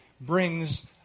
brings